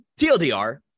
TLDR